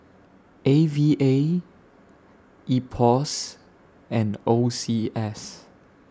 A V A Ipos and O C S